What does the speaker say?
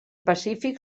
pacífic